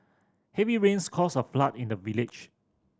heavy rains caused a flood in the village